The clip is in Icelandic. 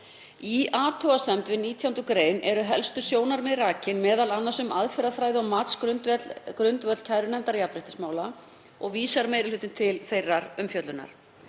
Í athugasemdum við 19. gr. eru helstu sjónarmiðin rakin, m.a. um aðferðafræði og matsgrundvöll kærunefndar jafnréttismála, og vísar meiri hlutinn til þeirrar umfjöllunar.